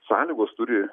sąlygos turi